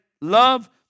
Love